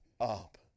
up